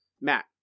Matt